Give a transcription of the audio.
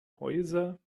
häuser